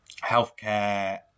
healthcare